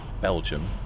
Belgium